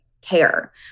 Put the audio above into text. care